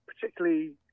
particularly